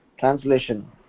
Translation